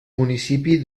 municipi